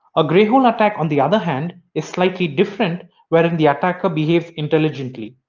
a greyhole attack on the other hand is slightly different wherein the attacker behaves intelligently.